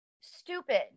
stupid